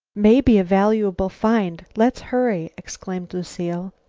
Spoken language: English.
may be a valuable find. let's hurry, exclaimed lucile.